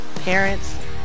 parents